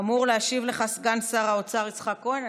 אמור להשיב לך סגן שר האוצר יצחק כהן.